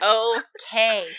okay